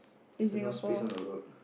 what's the no space on the road